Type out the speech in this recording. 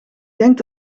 denk